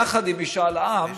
יחד עם משאל עם,